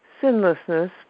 sinlessness